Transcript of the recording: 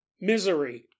Misery